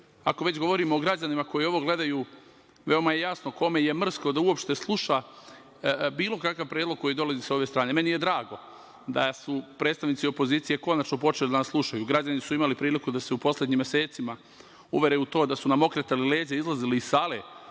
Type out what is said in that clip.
ako već govorimo o građanima koji ovo gledaju, veoma je jasno kome je mrsko da uopšte sluša bilo kakav predlog koji dolazi sa ove strane. Meni je drago da su predstavnici opozicije konačno počeli da nas slušaju. Građani su imali priliku da se u poslednjim mesecima uvere u to da su nam okretali leđa i izlazili iz sale